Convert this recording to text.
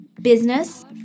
business